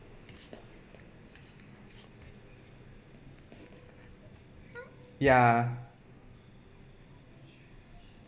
ya